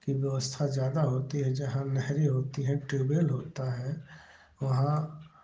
की व्यवस्था ज़्यादा होती है जहाँ नहरें होती हैं ट्यूबवेल होता है वहाँ